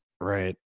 right